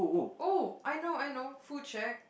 oh I know I know full check